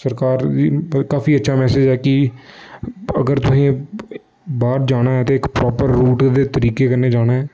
सरकार काफी अच्छा मैसेज ऐ कि अगर तुहें बाह्र जाना ऐ ते इक प्रापर रूट दे तरीके कन्नै जाना ऐ